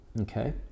Okay